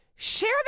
Share